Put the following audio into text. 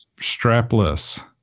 Strapless